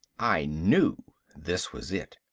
i knew this was it.